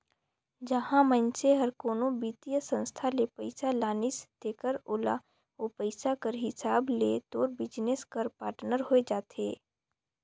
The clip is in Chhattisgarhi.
जहां मइनसे हर कोनो बित्तीय संस्था ले पइसा लानिस तेकर ओला ओ पइसा कर हिसाब ले तोर बिजनेस कर पाटनर होए जाथे